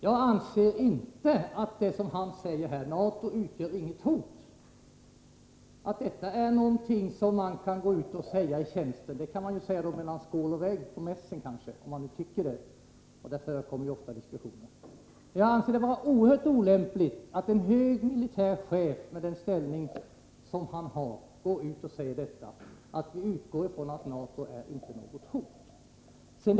Jag anser inte att det som denne chef sade, att NATO inte utgör något hot, är någonting som man kan säga i tjänsten. Om man nu tycker så, kan man kanske säga det mellan skål och vägg på mässen; där förekommer ofta diskussioner. Men jag anser det vara oerhört olämpligt att en hög militär chef, med den ställning han har, går ut och säger att vi utgår från att NATO inte är något hot.